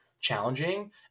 challenging